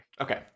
Okay